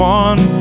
one